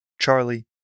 Charlie